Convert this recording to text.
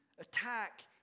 attack